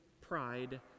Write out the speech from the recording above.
pride